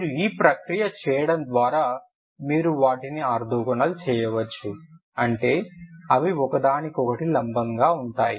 మీరు ఈ ప్రక్రియను చేయడం ద్వారా మీరు వాటిని ఆర్తోగోనల్ చేయవచ్చు అంటే అవి ఒకదానికొకటి లంబంగా ఉంటాయి